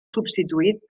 substituït